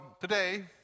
today